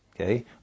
okay